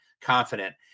confident